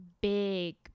big